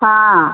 हाँ